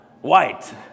white